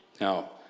Now